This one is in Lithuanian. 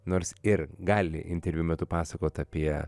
nors ir gali interviu metu pasakot apie